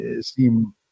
seem